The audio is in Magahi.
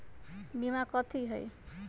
बीमा कथी है?